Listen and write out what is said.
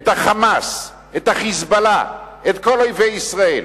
את ה"חמאס", את ה"חיזבאללה", את כל אויבי ישראל.